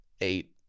eight